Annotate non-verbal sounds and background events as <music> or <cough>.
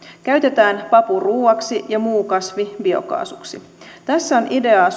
käytetään papu ruuaksi ja muu kasvi biokaasuksi tässä on ideaa <unintelligible>